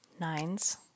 Nines